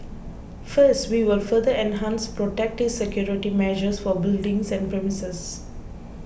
first we will further enhance protective security measures for buildings and premises